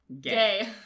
gay